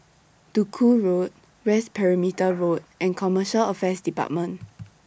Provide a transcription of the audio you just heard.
Duku Road West Perimeter Road and Commercial Affairs department